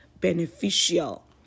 beneficial